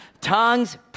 Tongues